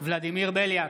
ולדימיר בליאק,